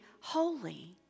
holy